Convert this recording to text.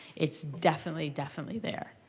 it's definitely, definitely there.